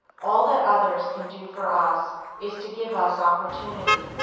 all that others can do for us is to give us opportunity.